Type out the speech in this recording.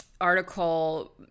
article